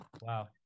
Wow